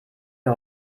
wir